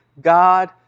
God